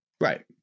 right